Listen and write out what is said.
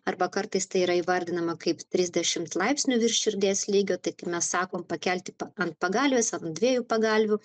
arba kartais tai yra įvardinama kaip trisdešimt laipsnių virš širdies lygio tai kaip mes sakom pakelti pa ant pagalvės ant dviejų pagalvių